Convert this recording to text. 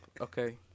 Okay